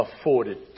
afforded